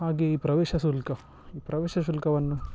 ಹಾಗೆಯೇ ಈ ಪ್ರವೇಶ ಶುಲ್ಕ ಈ ಪ್ರವೇಶ ಶುಲ್ಕವನ್ನು